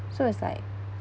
so it's like